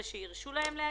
שאישרו להם להגיע,